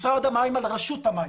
משרד המים על רשות המים,